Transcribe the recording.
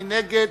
מי נגד?